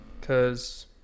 cause